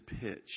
pitch